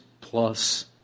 plus